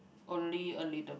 only a little